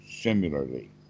similarly